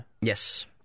Yes